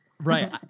Right